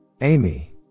Amy